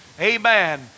Amen